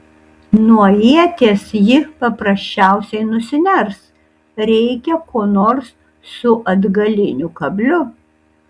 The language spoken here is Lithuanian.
nuo ieties ji paprasčiausiai nusiners reikia ko nors su atgaliniu kabliu